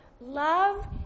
Love